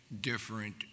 different